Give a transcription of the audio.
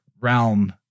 realm